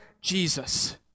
Jesus